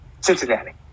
Cincinnati